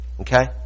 Okay